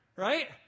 Right